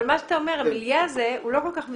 מה שאתה אומר, המילייה הזה הוא לא כל כך מצומצם.